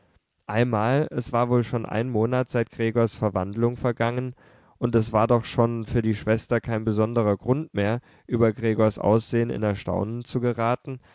einmal es war wohl schon ein monat seit gregors verwandlung vergangen und es war doch schon für die schwester kein besonderer grund mehr über gregors aussehen in erstaunen zu geraten